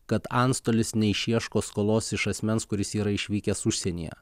kad antstolis neišieško skolos iš asmens kuris yra išvykęs užsienyje